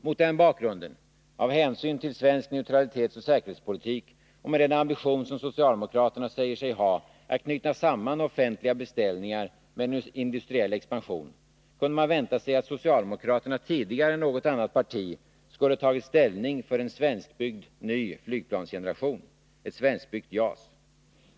Mot den bakgrunden, av hänsyn till svensk neutralitetsoch säkerhetspolitik och med den ambition som socialdemokraterna säger sig ha att knyta samman offentliga beställningar med en industriell expansion, kunde man vänta sig att socialdemokraterna tidigare än något annat parti skulle ha tagit ställning för en svenskbyggd ny flygplansgeneration, ett svenskbyggt JAS.